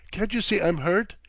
can't you see i'm hurt?